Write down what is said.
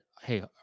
hey